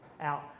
out